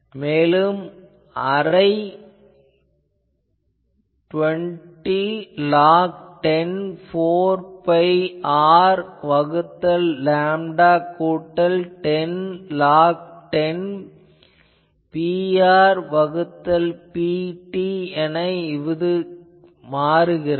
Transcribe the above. மேலும் ½ 20log10 4 pi R வகுத்தல் lambda கூட்டல் 10log10 Pr வகுத்தல் Pt என ஆகிறது